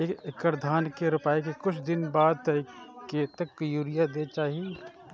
एक एकड़ धान के रोपाई के कुछ दिन बाद कतेक यूरिया दे के चाही?